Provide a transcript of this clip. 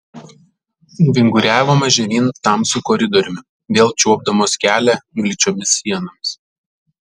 nuvinguriavome žemyn tamsiu koridoriumi vėl čiuopdamos kelią gličiomis sienomis